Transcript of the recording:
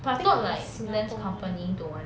thinks